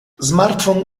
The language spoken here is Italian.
smartphone